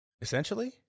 Essentially